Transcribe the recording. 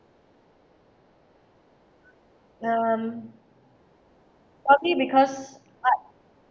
um probably because art